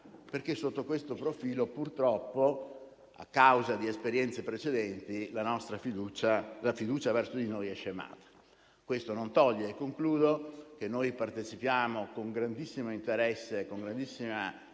Sotto questo profilo purtroppo, a causa di esperienze precedenti, la fiducia verso di noi è scemata. Questo non toglie - e concludo - che noi partecipiamo con grandissimo interesse e con grandissima attenzione